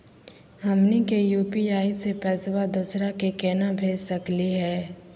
हमनी के यू.पी.आई स पैसवा दोसरा क केना भेज सकली हे?